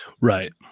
right